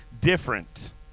different